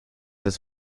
ist